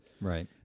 Right